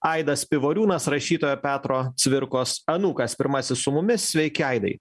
aidas pivoriūnas rašytojo petro cvirkos anūkas pirmasis su mumis sveiki aidai